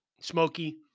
smoky